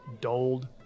dulled